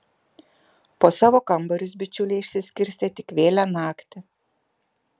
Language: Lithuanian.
po savo kambarius bičiuliai išsiskirstė tik vėlią naktį